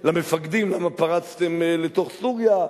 למפקדים, למה פרצתם לתוך סוריה?